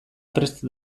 prest